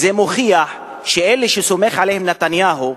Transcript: זה מוכיח שאלה שסומך עליהם נתניהו,